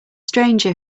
stranger